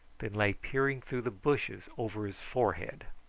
then lay peering through the bushes over his forehead.